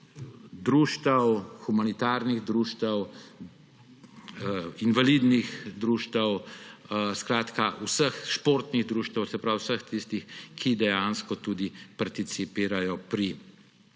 društev, humanitarnih društev, invalidnih društev, športnih društev, se pravi vseh tistih, ki dejansko tudi participirajo pri